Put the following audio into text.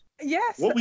Yes